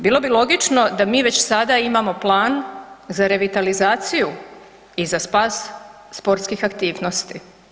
Bilo bi logično da mi već sada imamo plan za revitalizaciju i za spas sportskih aktivnosti.